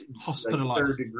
hospitalized